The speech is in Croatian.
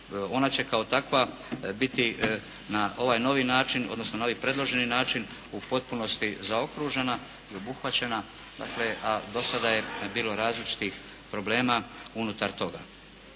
ona će kao takva biti na ovaj novi način odnosno na ovaj predloženi način u potpunosti zaokružena i obuhvaćena, dakle a do sada je bilo različitih problema unutar toga.